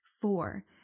Four